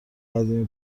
قدیمی